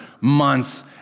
months